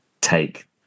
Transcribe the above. take